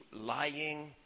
lying